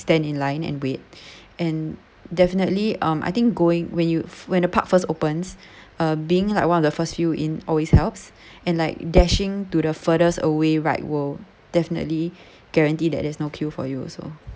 stand in line and wait and definitely um I think going when you when the park first opens uh being like one of the first few in always helps and like dashing to the furthest away ride will definitely guarantee that there's no queue for you also